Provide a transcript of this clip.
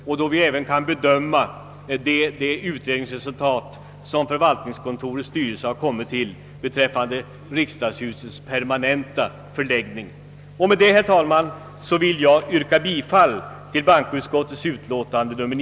Då kan vi även bedöma och besluta i fråga om de utredningsresultat som förvaltn'ingskontorets styrelse har kommit till beträffande riksdagshusets permanenta förläggning. Med detta vill jag, herr talman, yrka bifall till utskottets hemställan.